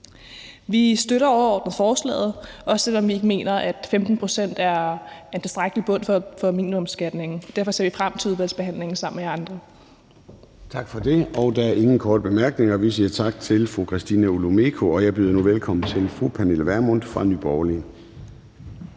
Vi støtter overordnet forslaget, også selv om vi ikke mener, at 15 pct. er tilstrækkeligt som minimumsbeskatning, så derfor ser vi frem til udvalgsbehandlingen sammen med jer andre. Kl. 14:07 Formanden (Søren Gade): Tak for det. Der er ingen korte bemærkninger. Vi siger tak til fru Christina Olumeko, og jeg byder nu velkommen til fru Pernille Vermund fra Nye